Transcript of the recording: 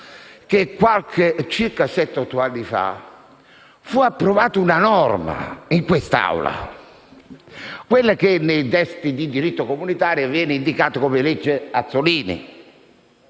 che sette o otto anni fa fu approvata una norma in quest'Aula. È quella norma, che nei testi di diritto comunitario viene indicata come "legge Azzolini",